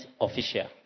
official